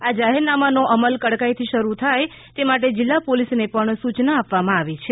આ જાહેરનામાનો અમલ કડકાઈથી થાય તે માટે જિલ્લા પોલીસને પણ સૂચના આપવામાં આવી છે